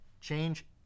change